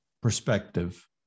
perspective